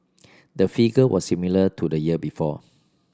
the figure was similar to the year before